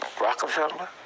Rockefeller